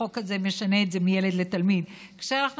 החוק הזה משנה את זה מ"ילד" ל"תלמיד" כאשר אנחנו